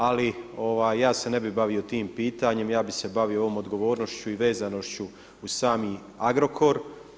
Ali ja se ne bih bavio tim pitanjem, ja bih se bavio ovom odgovornošću i vezanošću uz sami Agrokor.